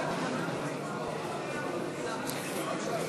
בממשלה לא נתקבלה.